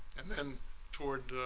and then toward,